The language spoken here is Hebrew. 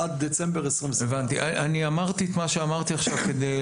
עד דצמבר 2025. אמרתי את מה שאמרתי עכשיו כדי